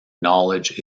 knowledge